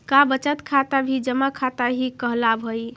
का बचत खाता भी जमा खाता ही कहलावऽ हइ?